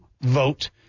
vote